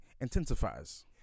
intensifies